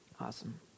Awesome